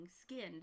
skinned